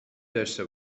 داشته